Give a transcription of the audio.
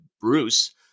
Bruce